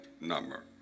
number